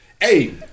Hey